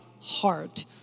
heart